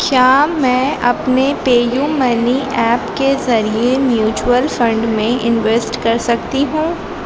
کیا میں اپنے پے یو منی ایپ کے ذریعے میچوئل فنڈ میں انویسٹ کر سکتی ہوں